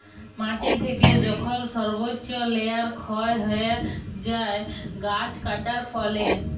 মাটি থেকে যখল সর্বচ্চ লেয়ার ক্ষয় হ্যয়ে যায় গাছ কাটার ফলে